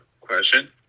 question